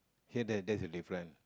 here there there's a different